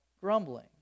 grumbling